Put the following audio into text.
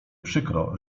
przykro